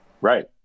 Right